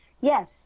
Yes